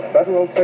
Federal